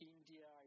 India